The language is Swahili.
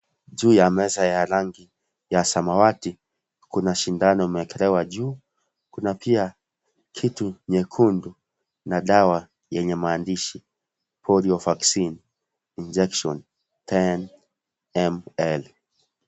Juu ya meza ya rangi ya samawati, kuna shindano imeekelewa juu kuna pia kitu nyekundu na dawa yenye maandishi Polio vaccine injection ten ml .